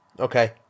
okay